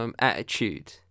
attitude